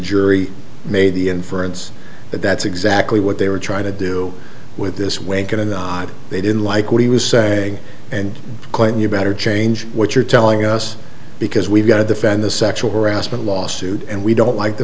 jury made the inference that that's exactly what they were trying to do with this wave going on they didn't like what he was saying and quite you better change what you're telling us because we've got to defend the sexual harassment lawsuit and we don't like the